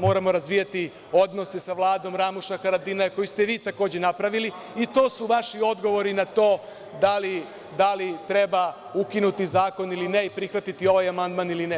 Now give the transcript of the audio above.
moramo razvijati odnose sa Vladom Ramuša Haradinaja, koju ste vi takođe napravili, i to su vaši odgovori na to da li treba ukinuti zakon ili ne i prihvatiti ovaj amandman ili ne.